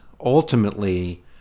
ultimately